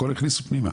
הכל הכניסו פנימה.